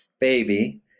baby